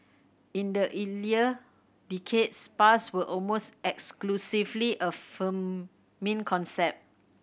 in the decades spas were almost exclusively a concept